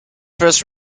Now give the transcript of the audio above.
first